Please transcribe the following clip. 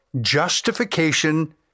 justification